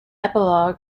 epilogue